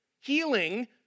Healing